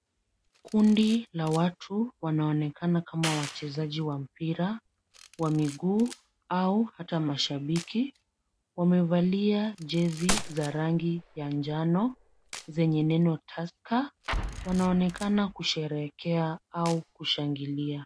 Kundi la watu wanaonekana kama wachezaji wa mpira wa miguu hata mashabiki, wamevalia jezi za rangi ya njano, zenye neno Tusker. Wanaonekana kusherehekea au kushangilia.